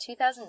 2009